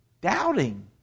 doubting